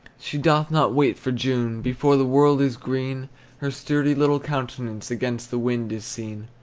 she doth not wait for june before the world is green her sturdy little countenance against the wind is seen,